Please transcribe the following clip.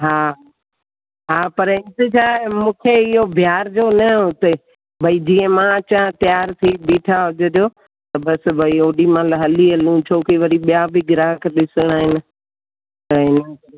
हा हा पर इंतिज़ारु मूंखे इहो बीहारिजो न उते भई जीअं मां अचां तयारु थी बीठा हुजिजो त बसि भई ओॾीमहिल हली हलूं छो की वरी ॿिया बि ग्राहक ॾिसणा आहिनि त